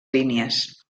línies